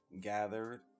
gathered